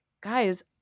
guys